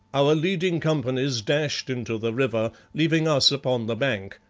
our leading companies dashed into the river, leaving us upon the bank,